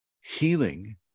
healing